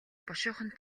бушуухан